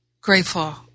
grateful